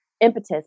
impetus